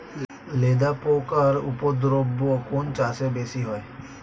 লেদা পোকার উপদ্রব কোন চাষে বেশি হয়?